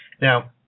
Now